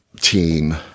team